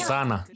Sana